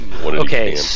Okay